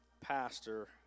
pastor